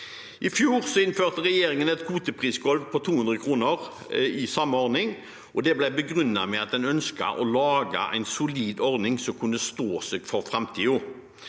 I fjor innførte regjeringen et kvoteprisgulv på 200 kr i samme ordning, og det ble begrunnet med at en ønsket å lage en solid ordning som kunne stå seg for framtiden.